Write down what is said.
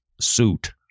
suit